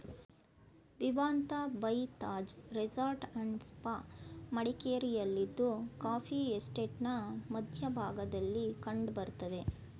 Vivanta by Taj resort and spa ಮಡಿಕೇರಿಯಲ್ಲಿದ್ದು coffee ಎಸ್ಟೇಟ್ನ ಮಧ್ಯ ಭಾಗದಲ್ಲಿ ಕಂಡ್ ಬರ್ತದೆ